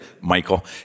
Michael